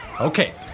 Okay